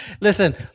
Listen